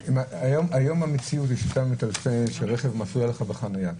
היום המציאות שמטלפנים אליך כשרכב מפריע לך בחניה.